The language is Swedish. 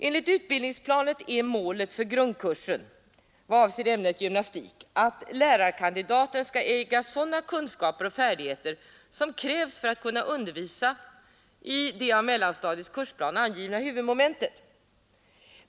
Enligt utbildningsplanen är målet för grundkursen i vad avser ämnet gymnastik att lärarkandidaten skall äga sådana kunskaper och färdigheter som krävs för att kunna undervisa i de i mellanstadiets kursplan angivna huvudmomenten.